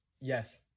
Yes